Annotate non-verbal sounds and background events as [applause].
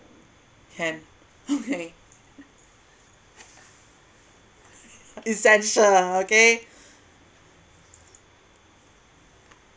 can [laughs] okay essential okay